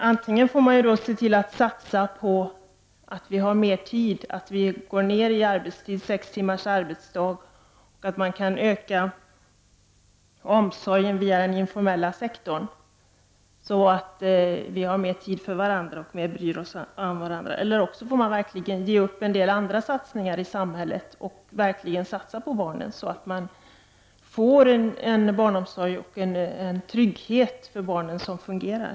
Antingen får man satsa på att vi har mera tid, att man går ned i arbetstid till sex timmars arbetsdag och att man kan öka omsorgen via den informella sektorn. Då får vi mera tid för varandra och kan bry oss mera om varandra. Eller också får man verkligen ge upp en del andra satsningar i samhället och verkligen satsa på barnen så att man får en barnomsorg och en trygghet för barnen som fungerar.